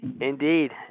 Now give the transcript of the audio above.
Indeed